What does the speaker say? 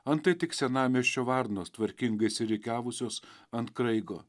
antai tik senamiesčio varnos tvarkingai išsirikiavusios ant kraigo